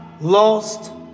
lost